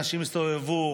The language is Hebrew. אנשים הסתובבו,